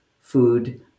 food